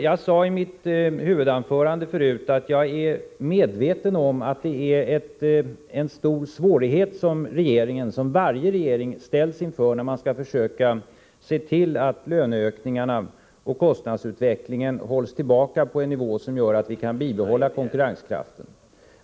Jag sade i mitt huvudanförande att jag är medveten om att det är en stor svårighet som regeringen, och varje regering, ställs inför när man skall försöka se till att löneökningarna och kostnadsutvecklingen hålls tillbaka på en nivå som gör att vi kan bibehålla konkurrenskraften.